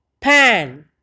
Pan